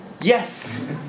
Yes